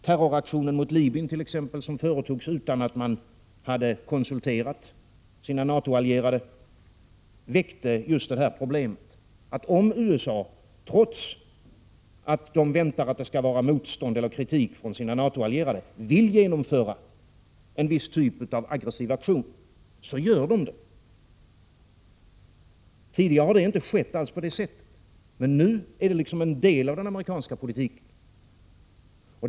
Terroraktionen mot Libyen t.ex., som företogs utan att man hade konsulterat sina NATO-allierade, väckte just det här problemet — alltså om USA, trots att man väntar sig motstånd eller kritik från NATO-allierade, vill genomföra en viss typ av aggressiv aktion, så gör man det. Tidigare har det inte alls gått till på det sättet. Men nu är det liksom en del av den amerikanska politiken.